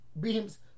beams